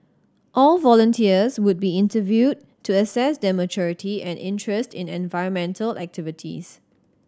all volunteers would be interviewed to assess their maturity and interest in environmental activities